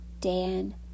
Dan